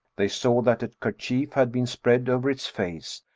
they saw that a kerchief had been spread over its face,